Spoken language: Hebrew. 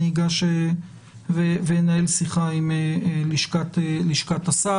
אני אגש ואנהל שיחה עם לשכת השר.